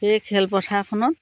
সেই খেলপথাৰখনত